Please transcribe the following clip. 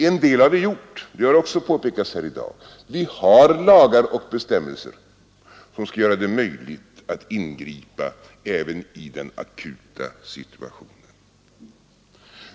En del har vi gjort, det har också påpekats här i dag. Vi har lagar och bestämmelser som skall göra det möjligt att ingripa även i den akuta situationen.